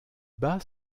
bas